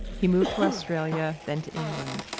he moved to australia, then to england,